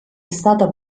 stata